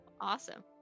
awesome